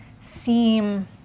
seem